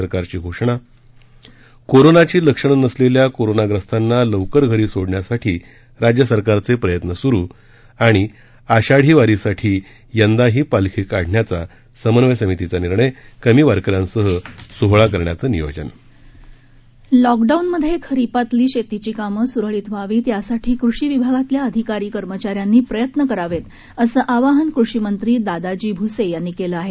सरकारची घोषणा कोरोनाची लक्षण नसलेल्या कोरोनाग्रस्तांना लवकर घरी सोडण्यासाठी राज्य सरकारचे प्रयत्न सुरू आषाढी वारीसाठी यंदाही पालखी काढण्याचा समन्वय समितीचा निर्णय कमी वारकऱ्यांसह सोहळा करण्याचं नियोजन लॉकडाऊनमध्ये खरीपातली शेतीची कामं सुरळीत व्हावीत यासाठी कृषि विभागातल्या अधिकारी कर्मचाऱ्यांनी प्रयत्न करावेत असं आवाहन कृषिमंत्री दादाजी भुसे यांनी केलं आहे